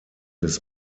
des